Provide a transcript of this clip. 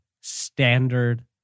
standard